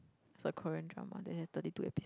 it's a Korean drama they has thirty two episodes